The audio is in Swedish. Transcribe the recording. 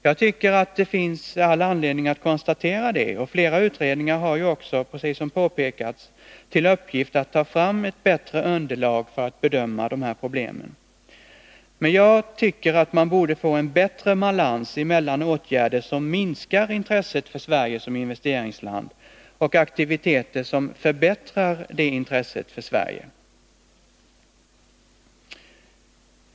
Jag tycker att vi har all anledning att konstatera det, och flera utredningar har ju också — precis som påpekats — till uppgift att ta fram ett bättre underlag för att bedöma de här problemen. Men jag tycker att man borde få en bättre balans mellan åtgärder som minskar intresset för Sverige som investeringsland och aktiviteter som förbättrar det intresset för Sverige.